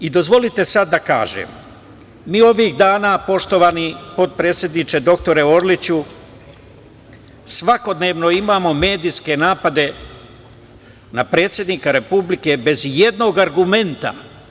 Dozvolite sada da kažem da mi ovih dana, poštovani potpredsedniče dr Orliću, svakodnevno imamo medijske napade na predsednika Republike bez i jednog argumenta.